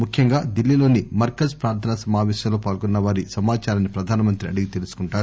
ముఖ్యంగా ఢిల్లీలోని మర్కజ్ ప్రార్దనా సమాపేశంలో పాల్గొన్న వారి సమాచారాన్ని ప్రధానమంత్రి అడిగి తెలుసుకుంటారు